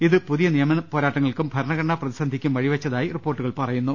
ഇത് പുതിയ നിയമപോരാട്ടങ്ങൾക്കും ഭരണഘടനാ പ്രതിസന്ധിക്കും വഴിവെച്ചതായി റിപ്പോർട്ടുകൾ പറയുന്നു